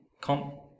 comp